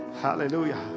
Hallelujah